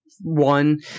one